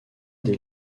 des